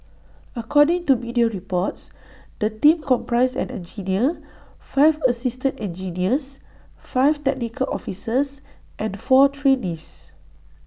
according to media reports the team comprised an engineer five assistant engineers five technical officers and four trainees